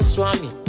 Swami